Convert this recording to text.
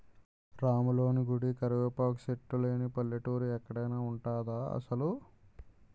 రాములోని గుడి, కరివేపాకు సెట్టు లేని పల్లెటూరు ఎక్కడైన ఉంటదా అసలు?